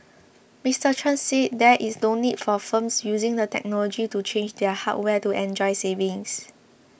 Mister Chen said there is no need for firms using the technology to change their hardware to enjoy savings